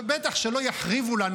בטח שלא יחריבו לנו,